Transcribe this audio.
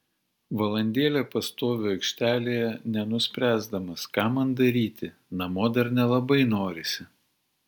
valandėlę pastoviu aikštelėje nenuspręsdamas ką man daryti namo dar nelabai norisi